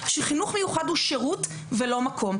שחינוך מיוחד הוא שירות ולא מקום.